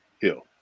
Hill